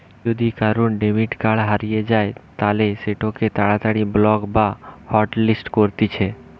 যদি কারুর debit card হারিয়ে যায় তালে সেটোকে তাড়াতাড়ি ব্লক বা হটলিস্ট করতিছে